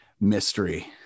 mystery